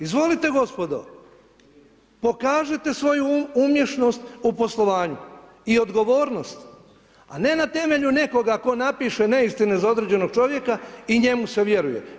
Izvolite gospodo, pokažite svoju umješnost u poslovanju i odgovornost, a ne na temelju nekoga tko napiše neistine za određenog čovjeka i njemu se vjeruje.